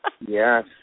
Yes